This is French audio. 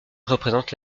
représente